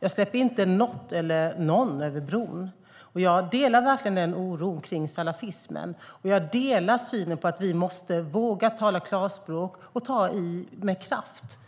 Jag släpper inte något eller någon över bron. Jag delar verkligen oron över salafismen, och jag delar synen på att vi måste våga tala klarspråk och ta i med kraft,